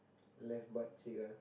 left butt cheek ah